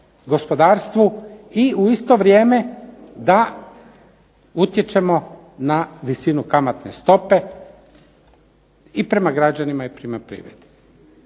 gospodarstvu i u isto vrijeme da utječemo na visinu kamatne stope i prema građanima i prema privredi.